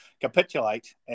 capitulate